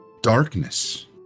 darkness